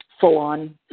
full-on